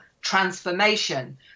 transformation